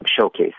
showcase